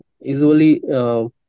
usually